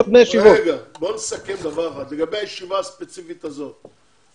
לגבי הישיבה הספציפית הזאת,